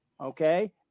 okay